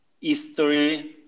history